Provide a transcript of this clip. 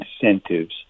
incentives